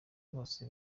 bose